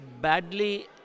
badly